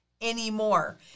anymore